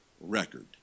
record